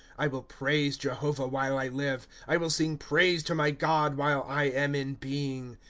i will praise jehovah while i live i will sing praise to my god while i am in being.